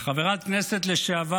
חברת כנסת לשעבר